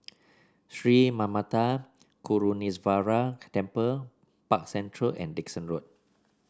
Sri Manmatha Karuneshvarar Temple Park Central and Dickson Road